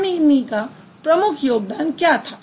पाणिनी का प्रमुख योगदान क्या था